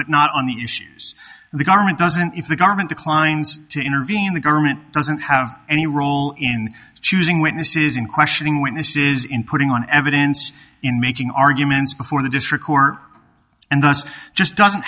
but not on the issues the government doesn't if the government declines to intervene the government doesn't have any role in choosing witnesses in questioning witnesses in putting on evidence in making arguments before the district court and those just doesn't